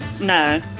no